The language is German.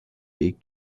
weg